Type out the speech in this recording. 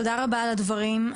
תודה רבה על הדברים.